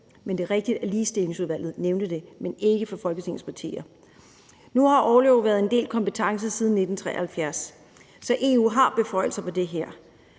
brev. Det er rigtigt, at Ligestillingsudvalget nævnte det, men ikke for Folketingets partier. Nu har orlov været delt kompetence siden 1973, så EU har beføjelser på det her